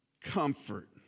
comfort